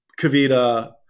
Kavita